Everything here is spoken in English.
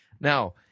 Now